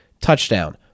touchdown